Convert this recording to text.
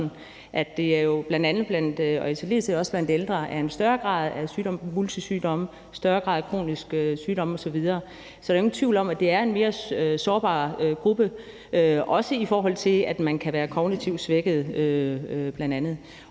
der er syge – bl.a. og i særdeles også blandt ældre en større grad af sygdomme og multisygdom, en større grad af kroniske sygdomme osv. Så der er ingen tvivl om, at det er en mere sårbar gruppe, også i forhold til at man kan være kognitivt svækket bl.a.